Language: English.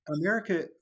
America